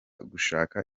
gushaka